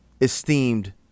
esteemed